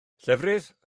llefrith